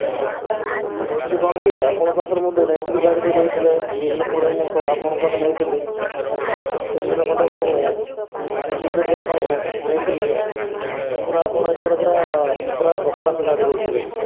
ହଁ କହୁଥିଲି କ'ଣ କି ଆପଣଙ୍କ ପାଖରୁ ମୁଁ ଯେଉଁ ନେଇଥିଲି ଗାଡ଼ି ଯେଉଁ ଦେଇଥିଲେ ଦୁଇ ଦିନ ପୂର୍ବରୁ ମୁଁ କଁ ଆପଣଙ୍କ ପାଖରୁ ନେଇଥିଲି କାରଣ ତିନ ଦିନ ଖଣ୍ଡେ ମୁଁ ଭିଜିଟରେ ଯିବା ପାଇଁ ନେଇଥିଲି ତାପରେ ଆପଣ ଏଥର ପୁରା ପୁରା ବକବାସ୍ ଗାଡ଼ି ଦେଇଥିଲେ